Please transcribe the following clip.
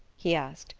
he asked,